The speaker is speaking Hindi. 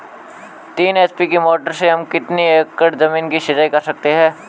तीन एच.पी की मोटर से हम कितनी एकड़ ज़मीन की सिंचाई कर सकते हैं?